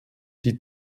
die